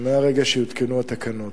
מהרגע שיותקנו התקנות